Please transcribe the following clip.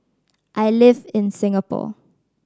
I live in Singapore